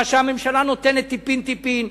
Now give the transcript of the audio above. את מה שהממשלה נותנת טיפין-טיפין.